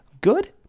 good